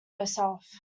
herself